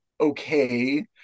okay